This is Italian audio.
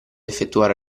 effettuare